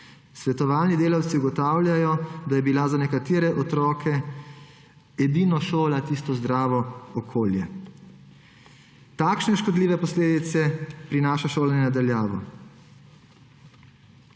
Svetovalni delavci ugotavljajo, da je bila za nekatere otroke edino šola tisto zdravo okolje. Takšne škodljive posledice prinaša šolanje na daljavo